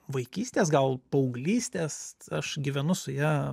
vaikystės gal paauglystės aš gyvenu su ja